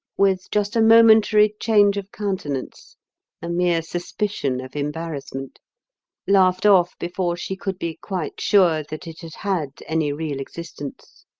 with just a momentary change of countenance a mere suspicion of embarrassment laughed off before she could be quite sure that it had had any real existence.